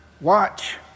watch